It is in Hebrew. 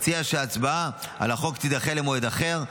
אציע שההצבעה על החוק תידחה למועד אחר.